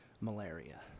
malaria